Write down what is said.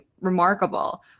remarkable